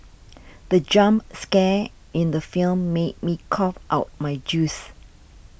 the jump scare in the film made me cough out my juice